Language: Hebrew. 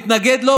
אני מתנגד לו,